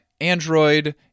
Android